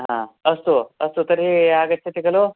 ह अस्तु अस्तु तर्हि आगच्छति खलु